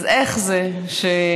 אז איך זה שדווקא